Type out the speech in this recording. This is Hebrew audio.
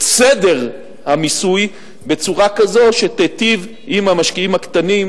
את סדר המיסוי, בצורה שתיטיב עם המשקיעים הקטנים